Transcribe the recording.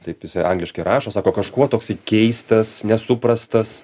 taip jisai angliškai rašo sako kažkuo toksai keistas nesuprastas